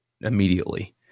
immediately